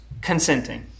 consenting